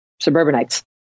suburbanites